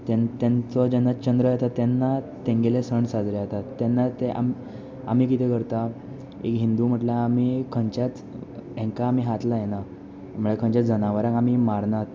तांचो जेन्ना चंद्र येता तेन्ना तांगेले सण साजरे जाता तेन्ना ते आमी कितें करता एक हिंदू म्हटल्या आमी खंयच्याच हांकां आमी हात लायना म्हणजे खंयच्याच जनावराक आमी मारनात